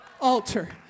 altar